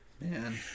man